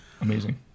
amazing